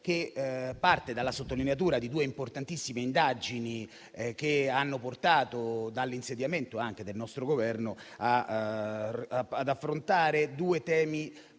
che parte dalla sottolineatura di due importantissime indagini che hanno portato, dall'insediamento del nostro Governo, ad affrontare due temi